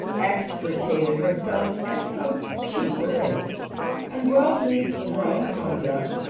extricated herself at so cheap a rate and well pleased with her own conduct,